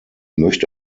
möchte